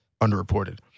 underreported